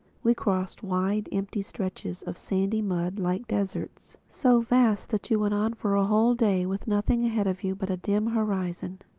we crossed wide empty stretches of sandy mud, like deserts so vast that you went on for a whole day with nothing ahead of you but a dim horizon.